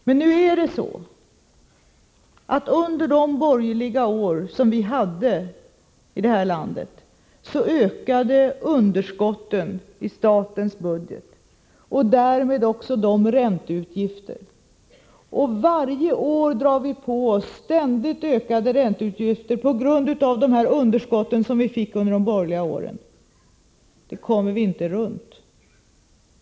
Men under de borgerliga regeringsåren i det här landet ökade underskotten i statens budget och därmed också ränteutgifterna. Varje år drar vi på oss ständigt ökade ränteutgifter på grund av de underskott som vi fick under de borgerliga åren. Detta kommer vi inte undan.